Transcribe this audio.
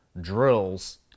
drills